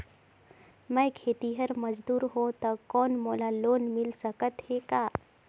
मैं खेतिहर मजदूर हों ता कौन मोला लोन मिल सकत हे का?